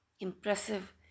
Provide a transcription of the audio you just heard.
impressive